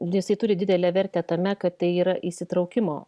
jisai turi didelę vertę tame kad tai yra įsitraukimo